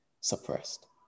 suppressed